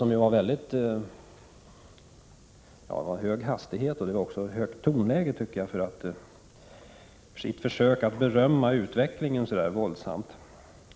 Han hade både hög hastighet och högt tonläge i sitt försök att berömma utvecklingen så där våldsamt.